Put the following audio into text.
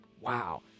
wow